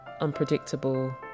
unpredictable